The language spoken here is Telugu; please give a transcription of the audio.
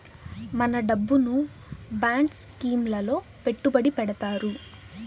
మన డబ్బును బాండ్ స్కీం లలో పెట్టుబడి పెడతారు